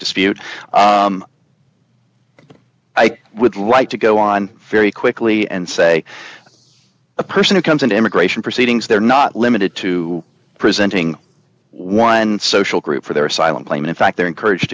dispute but i would like to go on very quickly and say a person who comes in immigration proceedings they're not limited to presenting one social group for their asylum claim in fact they're encouraged